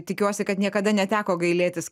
tikiuosi kad niekada neteko gailėtis